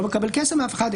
שלא מקבל כסף מאף אחד,